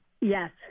Yes